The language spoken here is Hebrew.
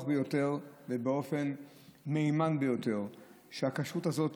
ביותר ובאופן מהימן ביותר: הכשרות הזאת,